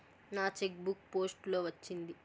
నా cheque book post లో వచ్చింది